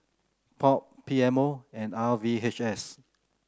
POP P M O and R V H S